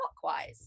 clockwise